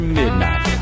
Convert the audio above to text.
midnight